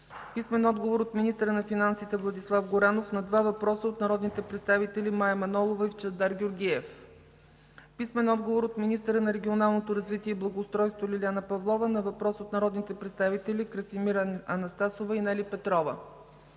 Кърджалиев; - министъра на финансите Владислав Горанов на два въпроса от народните представители Мая Манолова и Чавдар Георгиев; - министъра на регионалното развитие и благоустройството Лиляна Павлова на въпрос от народните представители Красимира Анастасова и Нели Петрова;